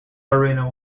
arena